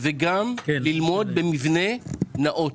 כל ילד הוא חשוב,